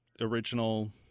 original